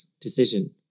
decision